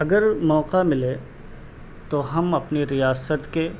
اگر موقع ملے تو ہم اپنی ریاست کے